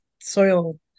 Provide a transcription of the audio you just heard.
soil